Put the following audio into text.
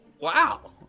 wow